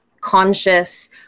conscious